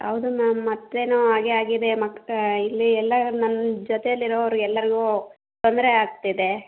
ಹೌದು ಮ್ಯಾಮ್ ಮತ್ತೇನೋ ಹಾಗೇ ಆಗಿದೆ ಮಕ್ಕ ಇಲ್ಲಿ ಎಲ್ಲ ನನ್ನ ಜೊತೆಲಿರೋರು ಎಲ್ಲರಿಗೂ ತೊಂದರೆ ಆಗ್ತಿದೆ